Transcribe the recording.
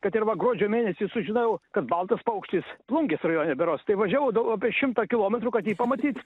kad ir va gruodžio mėnesį sužinojau kad baltas paukštis plungės rajone berods tai važiavau dau apie šimtą kilometrų kad jį pamatyt